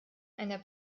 einer